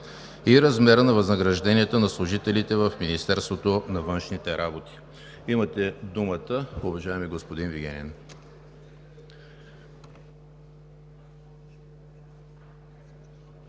и размера на възнагражденията на служителите в Министерството на външните работи. Имате думата, уважаеми господин Вигенин.